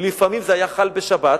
ולפעמים זה היה חל בשבת,